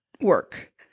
work